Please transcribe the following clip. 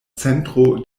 centro